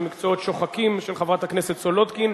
התשע"א 2011,